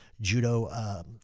judo